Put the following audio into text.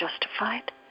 justified